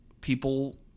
people